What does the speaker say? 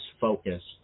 focused